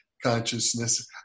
consciousness